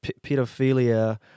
pedophilia